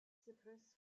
cypress